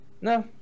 no